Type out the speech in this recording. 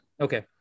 Okay